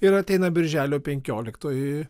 ir ateina birželio penkioliktoji